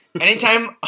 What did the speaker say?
Anytime